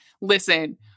listen